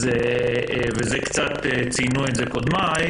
ואת זה ציינו קצת קודמיי,